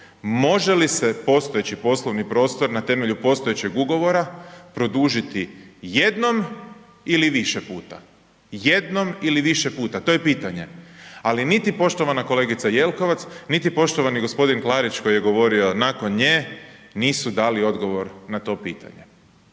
može li se postojeći poslovni prostor na temelju postojećeg ugovora produžiti jednom ili više puta, jednom ili više puta, to je pitanje. Ali niti poštovana kolegica Jelkovac, niti poštovani g. Klarić koji je govorio nakon nje nisu dali odgovor na to pitanje.